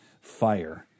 fire